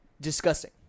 disgusting